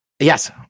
Yes